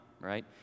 Right